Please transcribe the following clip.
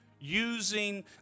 using